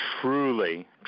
truly